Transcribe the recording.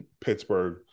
Pittsburgh